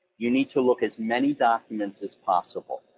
you need to look as many documents as possible.